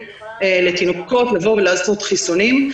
אומרים להם לבוא ולעשות חיסונים לתינוקות.